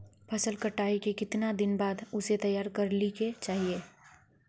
फसल कटाई के कीतना दिन बाद उसे तैयार कर ली के चाहिए?